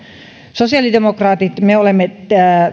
sosiaalidemokraatit olemme